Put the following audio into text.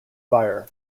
fire